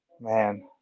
Man